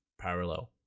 parallel